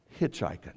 hitchhiking